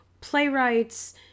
playwrights